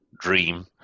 dream